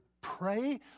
Pray